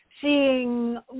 seeing